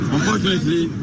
Unfortunately